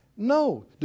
No